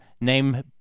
Name